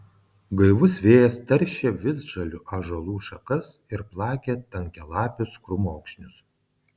gaivus vėjas taršė visžalių ąžuolų šakas ir plakė tankialapius krūmokšnius